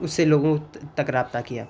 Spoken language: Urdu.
اس سے لوگوں تک رابطہ کیا